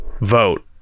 vote